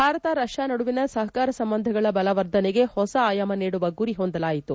Bharat Russia ನಡುವಿನ ಸಹಕಾರ ಸಂಬಂಧಗಳ ಬಲವರ್ಧನೆಗೆ ಹೊಸ ಆಯಾಮಗಳನ್ನು ನೀಡುವ ಗುರಿ ಹೊಂದಲಾಯಿತು